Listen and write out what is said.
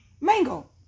mango